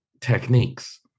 techniques